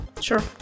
Sure